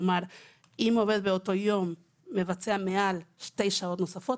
כלומר: אם עובד באותו יום מבצע מעל לשעתיים נוספות,